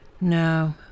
no